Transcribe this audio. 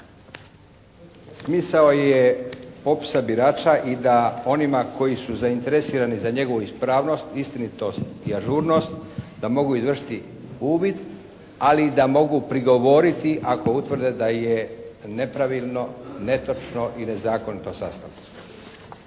Smisao je popisa birača i da onima koji su zainteresirani za njegovu ispravnost, istinitost i ažurnost da mogu izvršiti uvid, ali da mogu prigovoriti ako utvrde da je nepravilno, netočno i nezakonito …